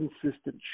consistent